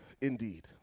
Indeed